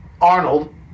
Arnold